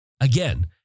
Again